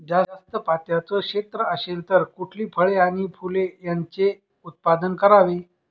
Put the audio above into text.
जास्त पात्याचं क्षेत्र असेल तर कुठली फळे आणि फूले यांचे उत्पादन करावे?